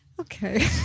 okay